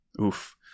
Oof